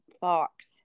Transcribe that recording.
Fox